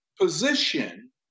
position